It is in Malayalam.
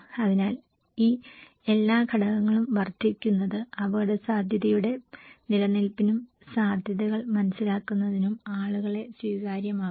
അതിനാൽ ഈ എല്ലാ ഘടകങ്ങളും വർദ്ധിക്കുന്നത് അപകടസാധ്യതയുടെ നിലനിൽപ്പിനും സാധ്യതകൾ മനസ്സിലാക്കുന്നതിനും ആളുകളെ സ്വീകാര്യമാക്കും